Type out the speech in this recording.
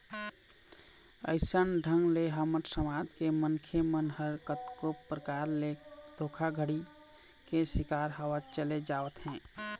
अइसन ढंग ले हमर समाज के मनखे मन ह कतको परकार ले धोखाघड़ी के शिकार होवत चले जावत हे